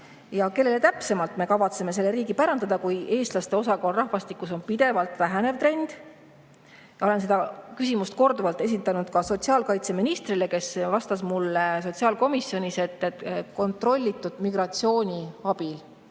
Ja kellele täpsemalt me kavatseme selle riigi pärandada, kui eestlaste osakaal rahvastikus pidevalt väheneb? Ma olen seda küsimust korduvalt esitanud sotsiaalkaitseministrile, kes vastas mulle sotsiaalkomisjonis, et [meil on] kontrollitud migratsiooniabi